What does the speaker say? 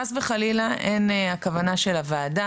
חס וחלילה אין כוונתה של הוועדה,